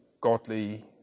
godly